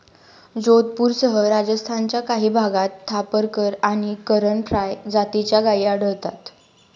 जोधपूरसह राजस्थानच्या काही भागात थापरकर आणि करण फ्राय जातीच्या गायी आढळतात